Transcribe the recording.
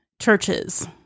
churches